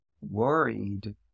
worried